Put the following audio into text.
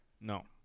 No